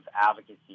advocacy